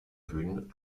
bühnen